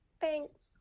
Thanks